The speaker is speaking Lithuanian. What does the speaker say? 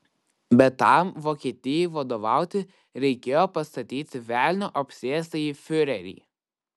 bet tam vokietijai vadovauti reikėjo pastatyti velnio apsėstąjį fiurerį